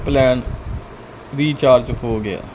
plan ਦੀ recharge ਹੋ ਗਿਆ